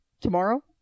Tomorrow